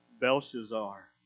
Belshazzar